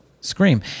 Scream